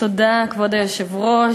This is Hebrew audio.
תודה, כבוד היושב-ראש.